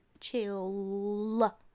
Chill